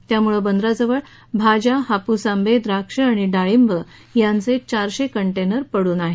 यामुळे बंदराजवळ भाज्या हापूस आंबे द्राक्ष आणि डाळिंब यांचे चारशे कंटेनर पडून आहेत